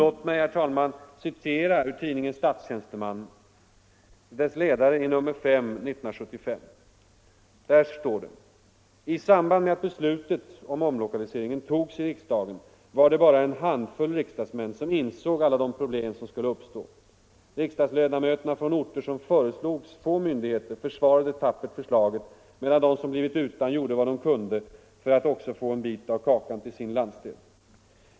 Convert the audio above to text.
Låt mig, herr talman, citera ur ledaren i nr 5 år 1975 av tidningen Statstjänstemannen. Där står det: ”I samband med att beslutet ”- om omlokaliseringen — ”togs i riksdagen var det bara en handfull riksdagsmän som insåg alla de problem som skulle kunna uppstå. Riksdagsledamöterna från orter som föreslogs få myndigheter försvarade tappert förslaget medan de som blivit utan gjorde vad de kunde för att också få en bit av kakan till sin landsdel.